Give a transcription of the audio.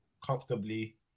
comfortably